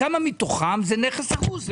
כמה מתוכם הם נכסים הרוסים?